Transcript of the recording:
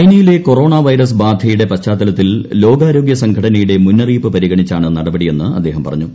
ചൈനയിലെ corona virus ബാധയുടെ പശ്ചാത്തലത്തിൽ ലോകാരോഗ്യ സംഘടനയുടെ മുന്നറിയിപ്പ് പരിഗണിച്ചാണ് നടപടിയെന്ന് അദ്ദേഹം പറഞ്ഞു